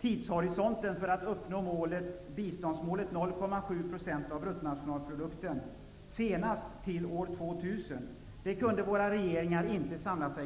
tidshorisonten för att uppnå biståndsmålet 0,7 % av bruttonationalprodukten senast år 2000. Kring det målet kunde regeringarna tyvärr inte samla sig.